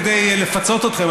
כדי לפצות אתכם,